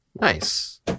Nice